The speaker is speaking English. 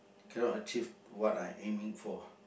cannot achieve what I aiming for